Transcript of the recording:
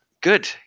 Good